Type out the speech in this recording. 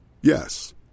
Yes